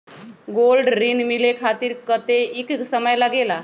Gold ऋण मिले खातीर कतेइक समय लगेला?